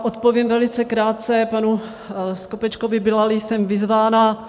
Odpovím velice krátce panu Skopečkovi, bylali jsem vyzvána.